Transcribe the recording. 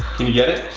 can you get it?